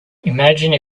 imagine